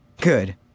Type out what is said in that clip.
Good